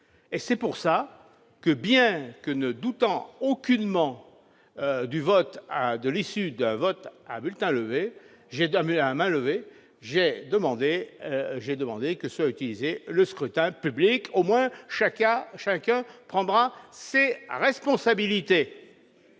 et c'est pour cela que, bien que ne doutant aucunement de l'issue d'un vote à main levée, j'ai demandé un vote par scrutin public. Chacun prendra ses responsabilités